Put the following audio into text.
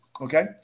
Okay